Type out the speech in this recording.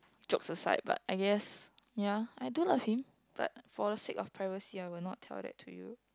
jokes aside but I guessed ya I do asked him but for the sake of privacy I will not tell that to you